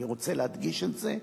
אני רוצה להדגיש את זה,